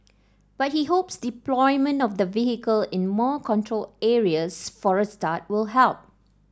but he hopes deployment of the vehicle in more controlled areas for a start will help